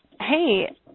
Hey